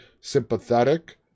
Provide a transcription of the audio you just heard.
sympathetic